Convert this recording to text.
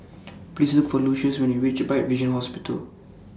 Please Look For Lucious when YOU REACH Bright Vision Hospital